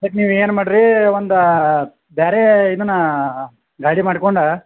ಅದ್ಕ ನೀವು ಏನು ಮಾಡ್ರೀ ಒಂದಾ ಬ್ಯಾರೇ ಇದನ್ನ ಗಾಡಿ ಮಾಡ್ಕೊಂಡ